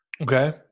Okay